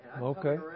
Okay